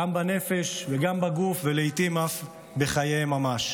גם בנפש וגם בגוף, ולעיתים אף בחייהם ממש.